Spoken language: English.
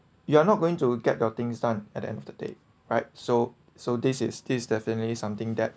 you are not going to get your things done at the end of the day right so so this is this is definitely something that